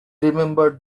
remembered